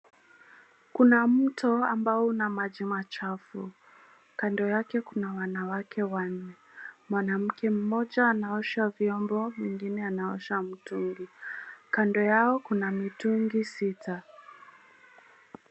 Kuna mto ambao una maji machafu. Kando yake kuna wanawake wanne. Mwanamke mmoja anaosha vyombo, mwingine anaosha mtungi. Kado yao kuna mitungi sita.